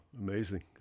Amazing